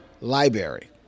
library